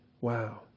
Wow